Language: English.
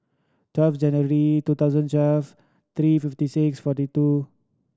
twelve January two thousand twelve three fifty six forty two